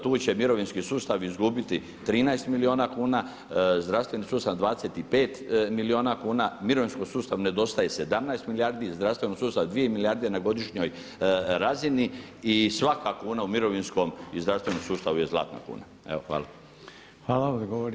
Tu će mirovinski sustav izgubiti 13 milijuna kuna, zdravstveni sustav 25 milijuna kuna, mirovinskom sustavu nedostaje 17 milijardi, zdravstvenom sustavu 2 milijarde na godišnjoj razini i svaka kuna u mirovinskom i zdravstvenom sustavu je zlatna kuna.